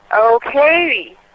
Okay